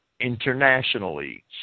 internationally